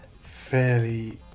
fairly